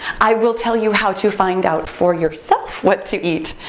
i will tell you how to find out for yourself what to eat,